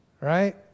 Right